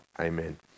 Amen